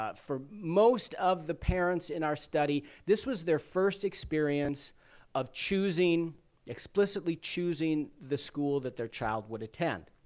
ah for most of the parents in our study, this was their first experience of choosing explicitly choosing the school that their child would attend.